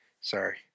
Sorry